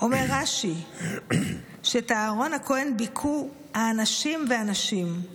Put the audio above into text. ואומר רש"י שאת אהרון הכוהן ביכו האנשים והנשים.